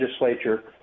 legislature